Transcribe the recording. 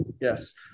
Yes